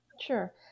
sure